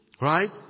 Right